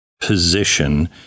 position